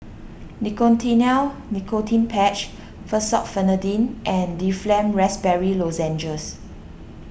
Nicotinell Nicotine Patch Fexofenadine and Difflam Raspberry Lozenges